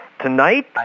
tonight